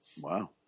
Wow